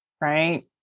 right